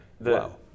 Wow